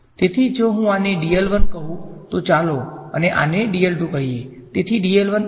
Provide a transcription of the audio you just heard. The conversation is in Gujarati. તેથી જો હું આને કહુ તો ચાલો આને કહીયે